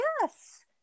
Yes